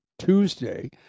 Tuesday